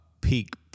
peak